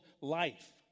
life